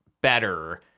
better